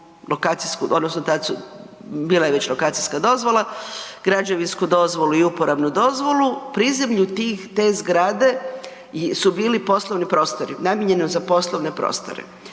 lokacijsku, odnosno tad su, bila je već lokacijska dozvola, građevinsku dozvolu i uporabnu dozvolu. Prizemlju tih, te zgrade su bili poslovni prostori, namijenjeno za poslovne prostore.